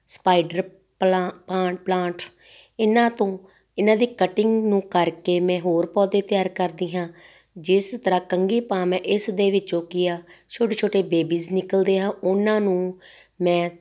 spider ਪਲਾ ਪਾਂ plant ਇਹਨਾਂ ਤੋਂ ਇਹਨਾਂ ਦੀ ਕਟਿੰਗ ਨੂੰ ਕਰਕੇ ਮੈਂ ਹੋਰ ਪੌਦੇ ਤਿਆਰ ਕਰਦੀ ਹਾਂ ਜਿਸ ਤਰ੍ਹਾਂ ਕੰਘੀ ਪਾਮ ਆ ਇਸ ਦੇ ਵਿੱਚੋਂ ਕੀ ਆ ਛੋਟੇ ਛੋਟੇ ਬੇਬੀਜ਼ ਨਿਕਲਦੇ ਆ ਉਹਨਾਂ ਨੂੰ ਮੈਂ